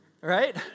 Right